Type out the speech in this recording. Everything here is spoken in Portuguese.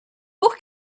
por